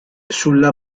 sulla